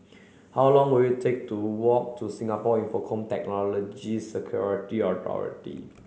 how long will it take to walk to Singapore Infocomm Technology Security Authority